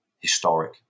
historic